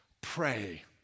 pray